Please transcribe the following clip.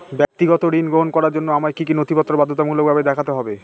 ব্যক্তিগত ঋণ গ্রহণ করার জন্য আমায় কি কী নথিপত্র বাধ্যতামূলকভাবে দেখাতে হবে?